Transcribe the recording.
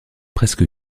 presque